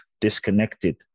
disconnected